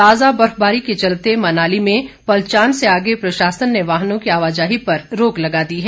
ताजा बर्फबारी के चलते मनाली में पलचान से आगे प्रशासन ने वाहनों की आवाजाही पर रोक लगा दी है